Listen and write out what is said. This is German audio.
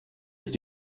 ist